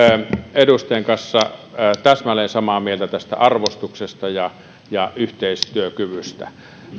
edustajan kanssa täsmälleen samaa mieltä tästä arvostuksesta ja ja yhteistyökyvystä